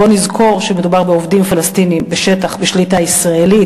בוא נזכור שמדובר בעובדים פלסטינים בשטח בשליטה ישראלית.